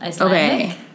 Okay